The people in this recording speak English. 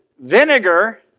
vinegar